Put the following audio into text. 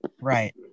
Right